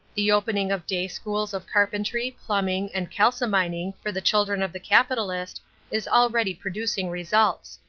the opening of day schools of carpentry, plumbing and calcimining for the children of the capitalist is already producing results.